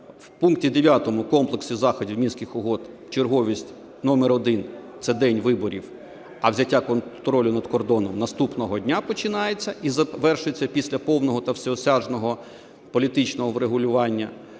В пункті 9 комплексу заходів Мінських угод черговість номер один – це день виборів, а взяття контролю над кордоном наступного дня починається і завершується після повного та всеосяжного політичного врегулювання.